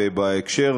ובהקשר,